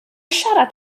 siarad